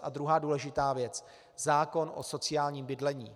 A druhá důležitá věc: zákon o sociálním bydlení.